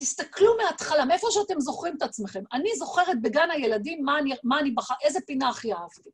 תסתכלו מההתחלה, מאיפה שאתם זוכרים את עצמכם. אני זוכרת בגן הילדים, מה אני... מה אני... איזה פינה הכי אהבתי.